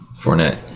Fournette